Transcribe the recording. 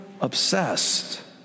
obsessed